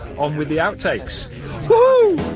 on with the outtakes wooooohooooo!